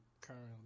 currently